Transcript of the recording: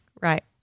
right